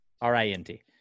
R-I-N-T